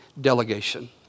Delegation